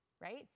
Right